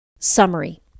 summary